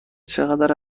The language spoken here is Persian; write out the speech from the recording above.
چقدر